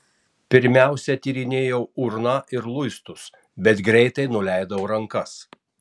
pirmiausia tyrinėjau urną ir luistus bet greitai nuleidau rankas